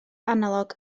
analog